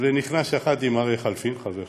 ונכנס יחד עם אריה חלפין, חבר שלי,